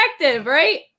right